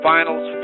Finals